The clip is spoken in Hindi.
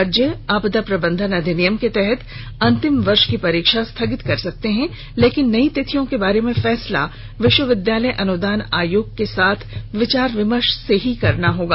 राज्य आपदा प्रबंधन अधिनियम के तहत अंतिम वर्ष की परीक्षा स्थगित कर सकते हैं लेकिन नई तिथियों के बारे में फैसला विश्वविद्यालय अनुदान आयोग के साथ विचार विमर्श से ही करना होगा